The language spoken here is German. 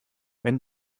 wenn